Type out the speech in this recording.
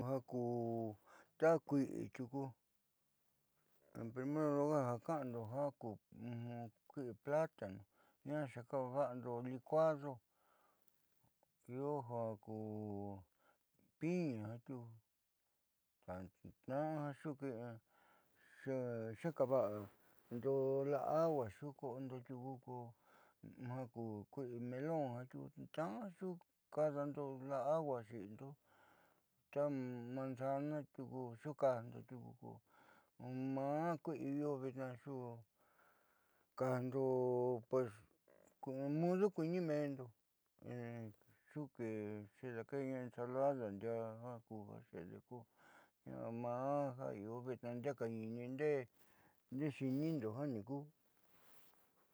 Ja ku ta kui'i tiuku en primer lugar ja kaando ja ku kui'i platano jiaa xeva'ando licuado io ja ku piña tiuku tna'a xekaava'ando la'a agua xuuko'ondo tiuku ko ja ku kui'i melón jiaa tna'a xuukaadando la'a agua xi'indo ta manzana tiuku xuukaajndo tiuku ko maá kui'i jo vitnaa xuukajndo pues k udu kuiini mendo xuke'e xuudake'eña ensalada ndia'a ja xede ko ña'a maá jiaa kuja io vitnaa ndee kañini ndee xiinindo jiaa ni ku.